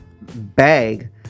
bag